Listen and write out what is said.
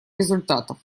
результатов